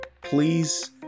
please